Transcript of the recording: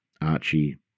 Archie